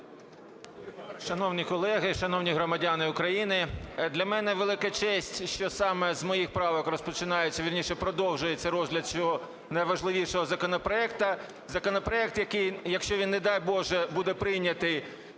Шановні колеги, шановні громадяни України, для мене велика честь, що саме з моїх правок розпочинається, вірніше, продовжується розгляд цього найважливішого законопроекту. Законопроект, який, якщо він, не дай, Боже, буде прийнятий,